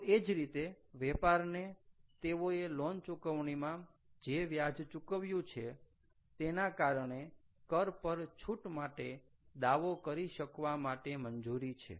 તો એ જ રીતે વેપારને તેઓએ લોન ચૂકવણીમાં જે વ્યાજ ચુકવ્યું છે તેના કારણે કર પર છૂટ માટે દાવો કરી શકવા માટે મંજૂરી છે